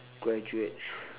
graduate